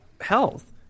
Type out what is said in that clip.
health